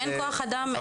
אין כוח אדם.